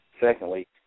Secondly